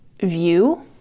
view